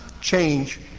change